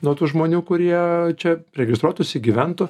nuo tų žmonių kurie čia registruotųsi gyventų